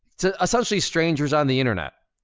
to essentially strangers on the internet.